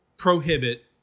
prohibit